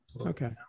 Okay